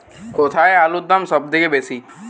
কোথায় আলুর দাম সবথেকে বেশি?